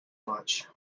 much